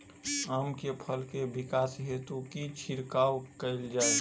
आम केँ फल केँ विकास हेतु की छिड़काव कैल जाए?